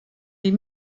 les